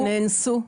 שנאנסו.